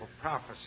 prophecy